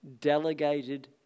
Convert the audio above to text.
delegated